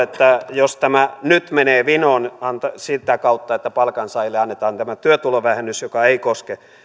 että jos tämä nyt menee vinoon sitä kautta että palkansaajille annetaan tämä työtulovähennys joka ei koske